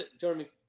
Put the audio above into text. Jeremy